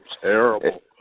Terrible